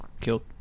killed